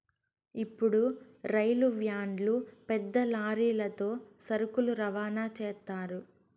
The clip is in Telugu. ఇప్పుడు రైలు వ్యాన్లు పెద్ద లారీలతో సరుకులు రవాణా చేత్తారు